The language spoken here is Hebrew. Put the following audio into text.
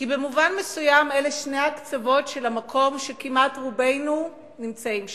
כי במובן מסוים אלה שני הקצוות של המקום שכמעט רובנו נמצאים בו: